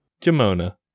Jamona